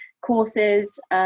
courses